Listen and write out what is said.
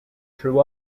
through